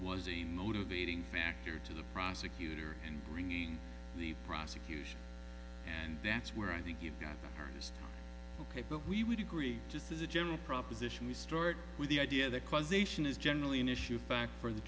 the motivating factor to the prosecutor in bringing the prosecution and that's where i think you've got hers ok but we would agree just as a general proposition we stored with the idea that causation is generally an issue fact for the